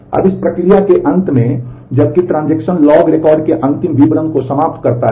अब इस प्रक्रिया में अंत में जब कि ट्रांजेक्शन है